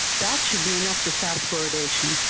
that should be enough to stop fluoridation.